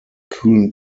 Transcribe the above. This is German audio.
kühlen